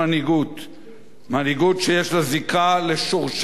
מנהיגות שיש לה זיקה לשורשי המפעל הציוני,